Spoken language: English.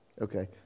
Okay